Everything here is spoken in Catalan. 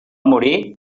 morir